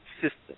system